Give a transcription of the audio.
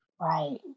Right